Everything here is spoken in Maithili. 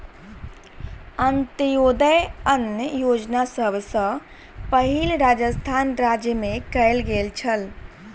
अन्त्योदय अन्न योजना सभ सॅ पहिल राजस्थान राज्य मे कयल गेल छल